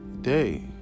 day